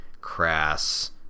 crass